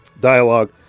dialogue